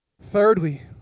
Thirdly